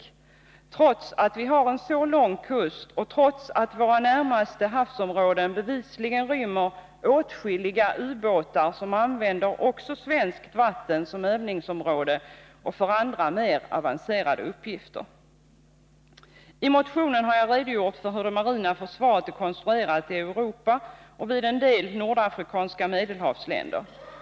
Det är så mycket mer anmärkningsvärt som vi har en så lång kust och våra närmaste havsområden bevisligen rymmer åtskilliga ubåtar som använder också svenskt vatten som övningsområde och som plats för andra mer avancerade uppgifter. I motionen har jag redogjort för hur det marina försvaret är konstruerat i Europa och vid en del nordafrikanska medelhavsländer.